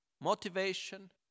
Motivation